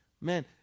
Man